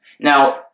Now